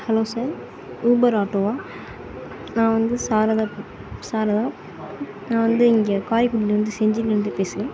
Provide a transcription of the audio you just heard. hello sir Uber ஆட்டோவா நான் வந்து சாரதா சாரதா நான் வந்து இங்கே செஞ்சிலேருந்து பேசுகிறேன்